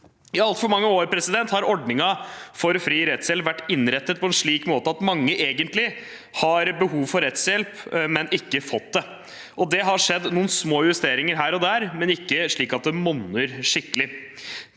I altfor mange år har ordningen for fri rettshjelp vært innrettet på en slik måte at mange som egentlig har behov for rettshjelp, ikke har fått det. Det har skjedd noen små justeringer her og der, men ikke slik at det monner skikkelig.